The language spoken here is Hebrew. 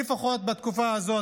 לפחות בתקופה הזאת,